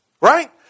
right